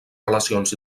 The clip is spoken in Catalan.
relacions